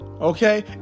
Okay